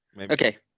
Okay